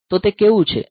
તો તે કેવું છે